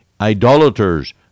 idolaters